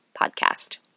podcast